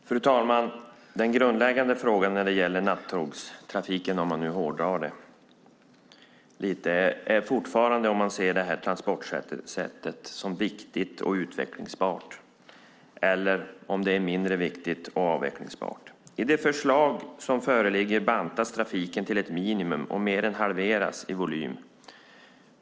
Fru talman! Den grundläggande frågan när det gäller nattågstrafiken, om jag nu hårdrar det lite, är fortfarande om man ser det här transportsättet som viktigt och utvecklingsbart eller om det är mindre viktigt och avvecklingsbart. I det förslag som föreligger bantas trafiken till ett minimum och mer än halveras i volym.